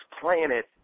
planet